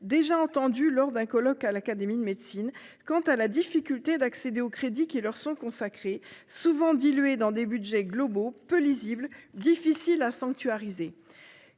déjà entendue lors d'un colloque à l'Académie nationale de médecine, quant à la difficulté d'accéder aux crédits qui leur sont consacrés, souvent dilués dans des budgets globaux, peu lisibles, difficiles à sanctuariser.